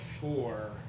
four